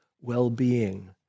well-being